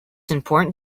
important